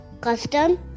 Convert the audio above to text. custom